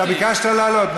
אתה ביקשת לעלות,